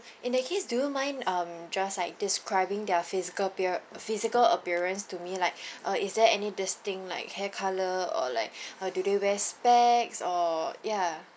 in that case do you mind um just like describing their physical appear~ physical appearance to me like uh is there any distinct like hair color or like uh do they wear specs or ya